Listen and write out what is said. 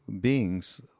beings